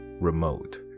remote